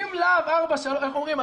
איך אומרים,